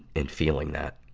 in feeling that.